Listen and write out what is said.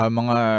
mga